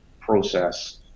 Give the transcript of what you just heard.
process